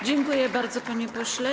Dziękuję bardzo, panie pośle.